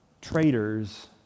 traders